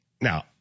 Now